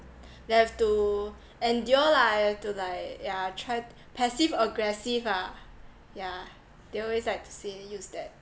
they have to endure lah have to like yeah tri~ passive aggressive ah yeah they always like to say use that